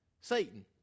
Satan